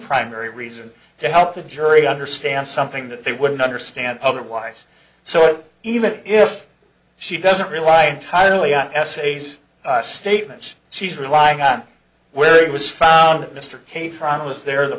primary reason to help the jury understand something that they wouldn't understand otherwise so even if she doesn't rely entirely on essays statements she's relying on where it was found mr kane front was there the